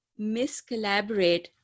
miscollaborate